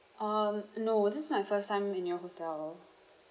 um no this is my first time in your hotel